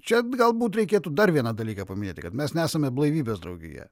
čia galbūt reikėtų dar vieną dalyką paminėti kad mes nesame blaivybės draugija